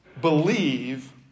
believe